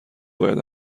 باید